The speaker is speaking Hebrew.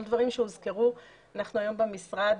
אנחנו היום במשרד